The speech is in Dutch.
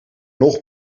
nog